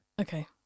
Okay